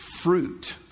fruit